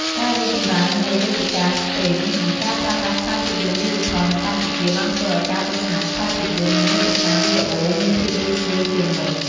ការរីកចម្រើននៃវេទិកាស្ទ្រីម និងការប្រើប្រាស់ខ្សែភាពយន្តឌីជីថលនៅកម្ពុជាបានធ្វើឲ្យការទស្សនាខ្សែភាពយន្ត និងមាតិកាវីដេអូមានភាពងាយស្រួលជាងមុន ។